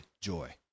joy